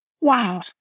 Wow